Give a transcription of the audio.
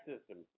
Systems